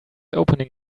opening